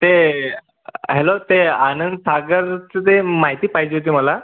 ते हॅलो ते आनंदसागरचं ते माहिती पाहिजे होती मला